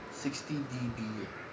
sixty D_B eh